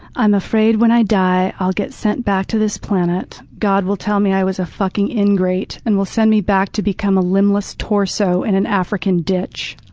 i'm afraid when i die, i'll get sent back to this planet. god will tell me i was a fucking ingrate and will send me back to become a limbless torso in an african ditch.